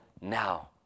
now